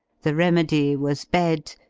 the remedy was bed,